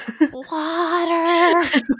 water